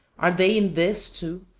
are they in this, too,